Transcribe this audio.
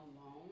alone